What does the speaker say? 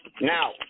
Now